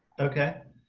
okay.